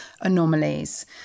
anomalies